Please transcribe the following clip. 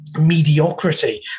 mediocrity